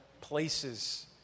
places